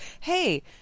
hey